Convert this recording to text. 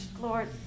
lord